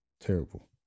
Terrible